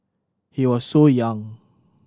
he was so young